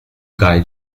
guy